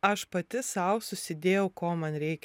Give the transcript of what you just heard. aš pati sau susidėjau ko man reikia